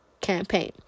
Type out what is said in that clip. campaign